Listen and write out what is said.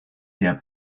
der